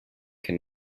can